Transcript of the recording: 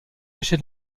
caché